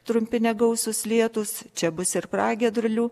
trumpi negausūs lietūs čia bus ir pragiedrulių